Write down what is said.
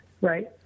right